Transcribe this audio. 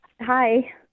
Hi